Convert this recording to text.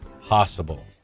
possible